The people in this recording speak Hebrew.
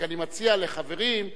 רק אני מציע לחברים,